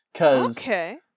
Okay